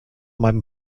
meinem